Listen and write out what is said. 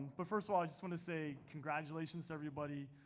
but first of all i just wanna say congratulations to everybody.